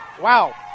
Wow